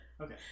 Okay